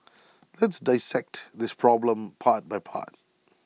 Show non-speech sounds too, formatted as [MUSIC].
[NOISE] let's dissect this problem part by part